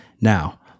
Now